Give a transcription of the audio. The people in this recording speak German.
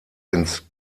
ins